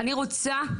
אני לא שמה את זה על